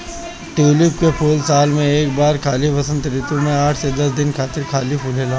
tulip के फूल साल में एक बार खाली वसंत ऋतू में आठ से दस दिन खातिर खाली फुलाला